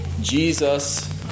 Jesus